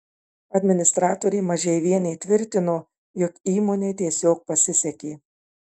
administratorė mažeivienė tvirtino jog įmonei tiesiog pasisekė